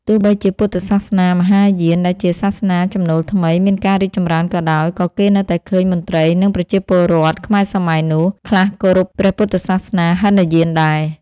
ទោះបីជាពុទ្ធសាសនាមហាយាន ដែលជាសាសនាចំណូល ថ្មី មានការរីកចម្រើនក៏ដោយ ក៏គេនៅតែឃើញមន្ត្រី និងប្រជាពលរដ្ឋ ខ្មែរសម័យនោះ ខ្លះគោរពព្រះពុទ្ធសាសនាហីនយានដែរ ។